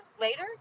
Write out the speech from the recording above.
later